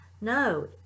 No